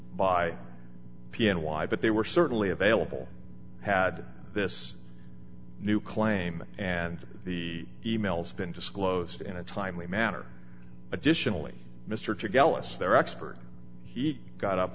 by p n y but they were certainly available had this new claim and the emails been disclosed in a timely manner additionally mr chagall is their expert he got up